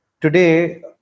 today